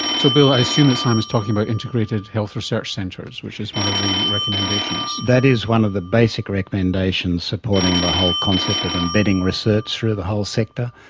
so bill, i assume that simon is talking about integrated health research centres, which is one of the recommendations. that is one of the basic recommendations supporting the whole concept of embedding research through the whole sector,